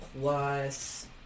plus